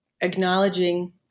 acknowledging